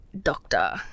doctor